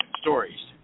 stories